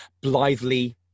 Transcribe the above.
blithely